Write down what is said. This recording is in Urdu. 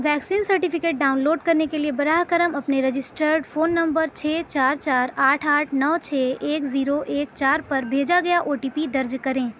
ویکسین سرٹیفکیٹ ڈاؤن لوڈ کرنے کے لیے براہ کرم اپنے رجسٹرڈ فون نمبر چھ چار چار آٹھ آٹھ نو چھ ایک زیرو ایک چار پر بھیجا گیا او ٹی پی درج کریں